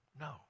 no